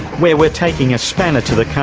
where we're taking a spanner to the